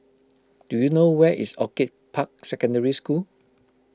do you know where is Orchid Park Secondary School